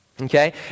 okay